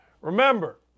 Remember